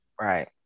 Right